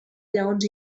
lleons